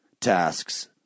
tasks